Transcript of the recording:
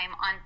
on